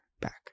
back